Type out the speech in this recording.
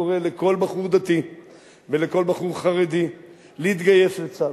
קורא לכל בחור דתי ולכל בחור חרדי להתגייס לצה"ל,